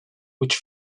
which